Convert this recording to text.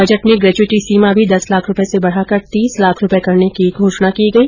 budget में gratuity सीमा भी दस लाख रूपये से बढाकर तीस लाख रूपये करने की घोषण की गई